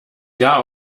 jahr